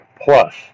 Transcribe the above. plus